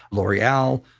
l'oreal,